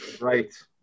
Right